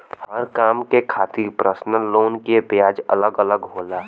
हर काम के खातिर परसनल लोन के ब्याज अलग अलग होला